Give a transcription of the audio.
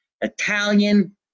Italian